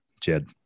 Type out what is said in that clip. Jed